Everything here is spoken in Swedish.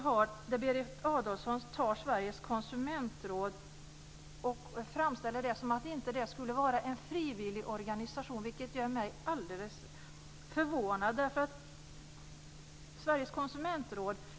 Hon nämner Sveriges Konsumentråd och framställer det så att det inte skulle vara en frivillig organisation. Det gör mig helt förvånad.